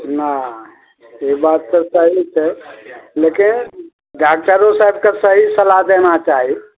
नहि से बात तऽ सही छै लेकिन डाक्टरो सबके सही सलाह देना चाही